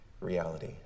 reality